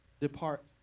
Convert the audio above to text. depart